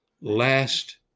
last